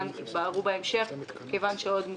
מקרים שאנשים בעצם לא יכלו להמשיך לגור בבית,